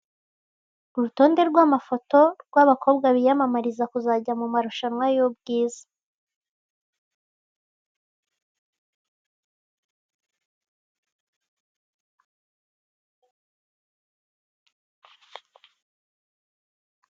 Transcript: Urutonde rw'amafoto y'abakobwa biyamamariza kuzajya mu marushanwa y'ubwiza .